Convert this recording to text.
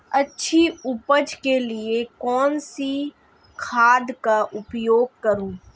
अच्छी उपज के लिए कौनसी खाद का उपयोग करूं?